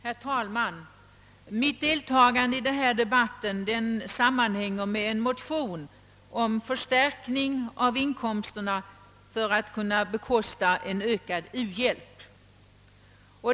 Herr talman! Mitt deltagande i denna debatt sammanhänger med en motion om förstärkning av inkomsterna för att kunna bekosta en ökad u-hjälp.